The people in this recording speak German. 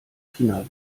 finale